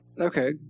Okay